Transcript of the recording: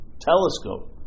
telescope